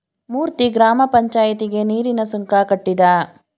ಮೂರ್ತಿ ಗ್ರಾಮ ಪಂಚಾಯಿತಿಗೆ ನೀರಿನ ಸುಂಕ ಕಟ್ಟಿದ